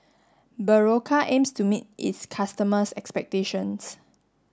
Berocca aims to meet its customers' expectations